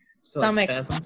stomach